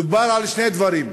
דובר על שני דברים: